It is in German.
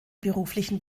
beruflichen